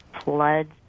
floods